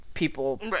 people